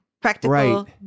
practical